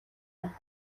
байна